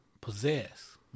possess